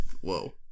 Whoa